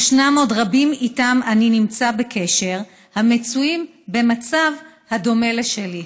ישנם עוד רבים שאני נמצא איתם בקשר המצויים במצב הדומה לשלי.